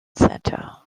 centre